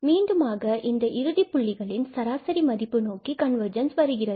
மீண்டுமாக இந்த இறுதி புள்ளிகளின் சராசரி மதிப்பு நோக்கி கன்வர்ஜென்ஸ் வருகிறது